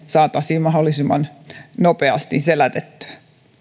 saataisiin mahdollisimman nopeasti selätettyä